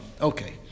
Okay